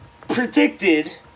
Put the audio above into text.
predicted